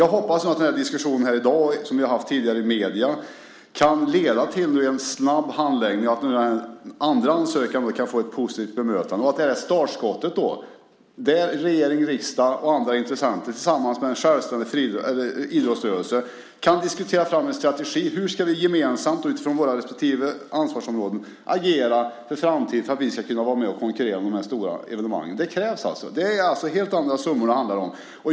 Jag hoppas att diskussionen här i dag och den vi tidigare haft i medierna nu kan leda till en snabb handläggning så att den andra ansökan kan få ett positivt bemötande och att det blir startskottet för att regering, riksdag och andra intressenter tillsammans med en självständig idrottsrörelse kan diskutera fram en strategi för hur vi gemensamt och utifrån våra respektive ansvarsområden ska agera inför framtiden - detta för att vi ska kunna vara med och konkurrera om de här stora evenemangen. Detta krävs alltså. Det handlar således om helt andra summor.